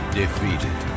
defeated